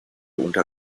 unter